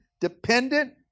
dependent